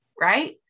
right